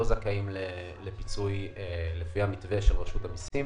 זכאים לפיצוי לפי המתווה של רשות המיסים